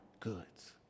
goods